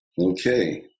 Okay